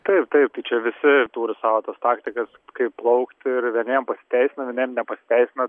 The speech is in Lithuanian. taip taip tai čia visi turi savo tas taktikas kaip plaukti ir vieniem pasiteisina vieniem nepasiteisina